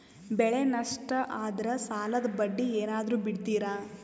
ಬೆಳೆ ನಷ್ಟ ಆದ್ರ ಸಾಲದ ಬಡ್ಡಿ ಏನಾದ್ರು ಬಿಡ್ತಿರಾ?